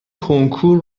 کنکور